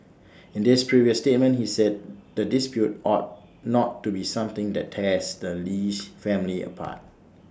in this previous statement he said the dispute ought not to be something that tears the Lee's family apart